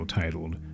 titled